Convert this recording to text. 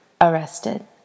Arrested